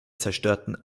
zerstörten